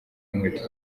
inkweto